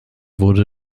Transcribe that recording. wurde